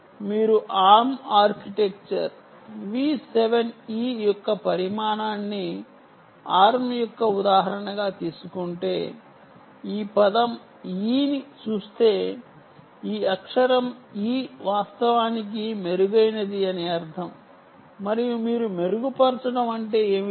మీరు ARM architecture V7E యొక్క పరిణామాన్ని ఆర్మ్ యొక్క ఉదాహరణగా తీసుకుంటే ఈ పదం E ని చూస్తే ఈ అక్షరం E వాస్తవానికి మెరుగైనది అని అర్థం మరియు మీరు మెరుగుపరచడం అంటే ఏమిటి